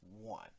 one